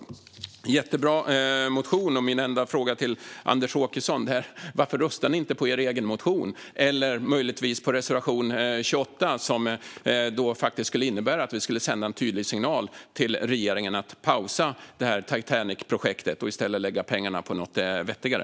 Det är en jättebra motion, och min enda fråga till Anders Åkesson är: Varför röstar ni inte på er egen motion eller möjligtvis på reservation 28, som faktiskt skulle innebära att vi sänder en tydlig signal till regeringen att pausa det här Titanicprojektet och i stället lägga pengarna på något vettigare?